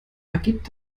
ergibt